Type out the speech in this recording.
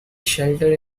shelter